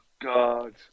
God